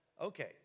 Okay